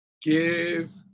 give